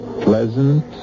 pleasant